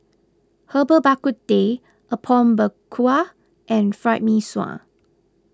Herbal Bak Ku Teh Apom Berkuah and Fried Mee Sua